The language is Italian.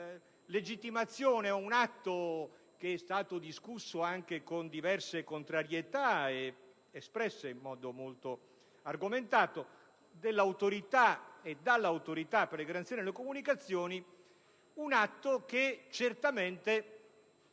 legittimazione ad un atto che è stato discusso anche con diverse contrarietà, espresse in modo molto argomentato dall'Autorità per le garanzie nelle comunicazioni; un atto che certamente